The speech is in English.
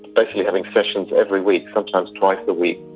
basically having sessions every week, sometimes twice a week,